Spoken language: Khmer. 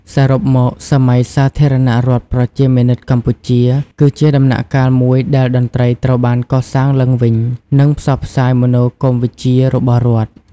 សរុបមក សម័យសាធារណរដ្ឋប្រជាមានិតកម្ពុជា គឺជាដំណាក់កាលមួយដែលតន្ត្រីត្រូវបានកសាងឡើងវិញ និងផ្សព្វផ្សាយមនោគមវិជ្ជារបស់រដ្ឋ។